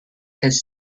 his